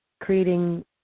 creating